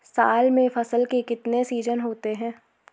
साल में फसल के कितने सीजन होते हैं?